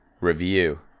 review